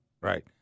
Right